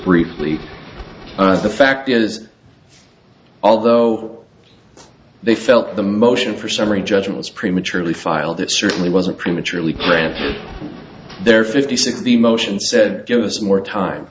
briefly the fact is although they felt the motion for summary judgment was prematurely filed it certainly wasn't prematurely cram their fifty sixty motion said give us more time